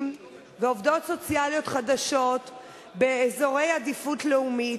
ועובדות סוציאליות חדשות באזורי עדיפות לאומית.